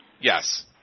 yes